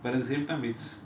but at the same time it's